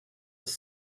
have